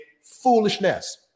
foolishness